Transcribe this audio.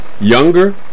younger